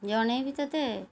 ଜଣାଇବି ତୋତେ